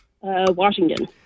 Washington